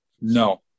No